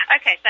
Okay